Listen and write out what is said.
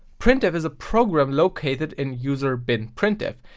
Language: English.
printf is a program located in usr bin printf,